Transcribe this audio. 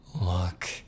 Look